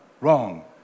wrong